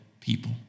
people